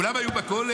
כולם היו בכולל?